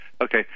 Okay